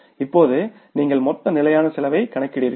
இப்போது நீங்கள் மொத்த நிலையான செலவைக் கணக்கிடுகிறீர்கள்